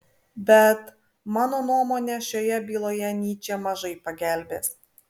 bet mano nuomone šioje byloje nyčė mažai pagelbės